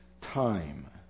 time